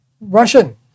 Russian